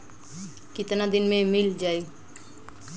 कितना दिन में मील जाई?